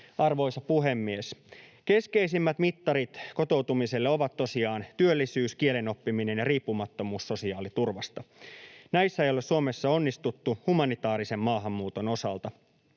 Arvoisa puhemies! Keskeisimmät mittarit kotoutumiselle ovat tosiaan työllisyys, kielen oppiminen ja riippumattomuus sosiaaliturvasta. Näissä ei ole Suomessa onnistuttu humanitaarisen maahanmuuton osalta.